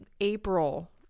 April